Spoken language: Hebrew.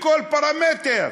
בכל פרמטר,